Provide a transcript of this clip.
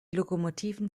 lokomotiven